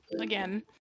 again